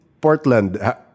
Portland